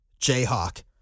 Jayhawk